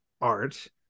art